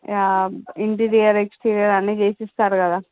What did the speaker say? interior exterior అన్నిచేసిస్తారు కదా